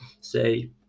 say